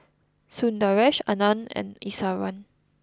Sundaresh Anand and Iswaran